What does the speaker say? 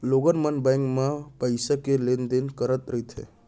लोगन मन बेंक म पइसा के लेन देन करत रहिथे